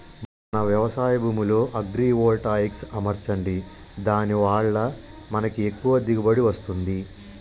మన వ్యవసాయ భూమిలో అగ్రివోల్టాయిక్స్ అమర్చండి దాని వాళ్ళ మనకి ఎక్కువ దిగువబడి వస్తుంది